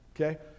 Okay